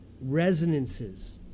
resonances